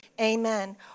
Amen